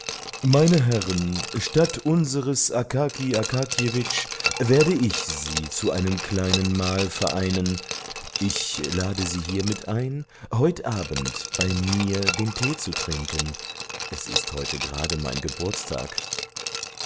meine herren statt unseres akaki akakjewitsch werde ich sie zu einem kleinen mahl vereinen ich lade sie hiermit ein heut abend bei mir den tee zu trinken es ist heute grade mein